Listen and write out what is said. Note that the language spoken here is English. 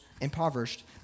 impoverished